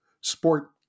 sport